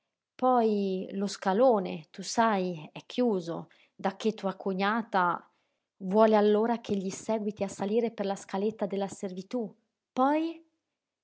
poi lo scalone tu sai è chiuso dacché tua cognata vuole allora ch'egli séguiti a salire per la scaletta della servitú poi